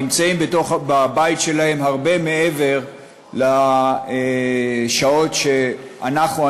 נמצאים בבית שלהם הרבה מעבר לשעות שאנחנו,